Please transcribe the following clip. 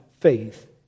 faith